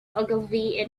ogilvy